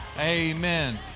Amen